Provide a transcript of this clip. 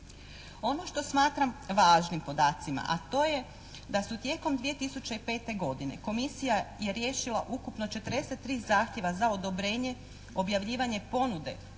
Ono što smatram važnim podacima, a to je da su tijekom 2005. godine komisija je riješila ukupno 43 zahtjeva za odobrenje objavljivanje ponude